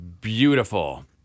beautiful